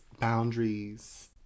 boundaries